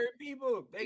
people